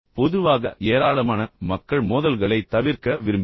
பொதுவாக ஏராளமான மக்கள் மோதல்களைத் தவிர்க்க விரும்புகிறார்கள்